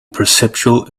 perceptual